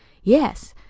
yes,